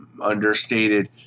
understated